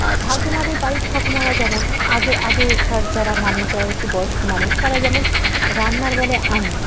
ঠাকুমাদের বাড়ির ঠাকুমারা যেমন আগে আগেকার যারা মানুষ যারা একটু বয়স্ক মানুষ তারা যেমন রান্নাকে বলে আন্না